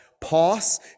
pause